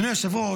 אדוני היושב-ראש,